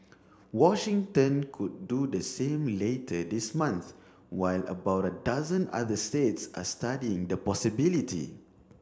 Washington could do the same later this month while about a dozen other states are studying the possibility